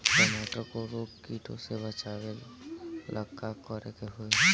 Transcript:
टमाटर को रोग कीटो से बचावेला का करेके होई?